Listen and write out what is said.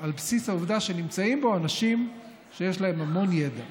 על בסיס העובדה שנמצאים בו אנשים יש להם המון ידע.